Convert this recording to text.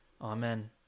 Amen